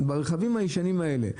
ברכבים הישנים האלה,